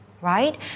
right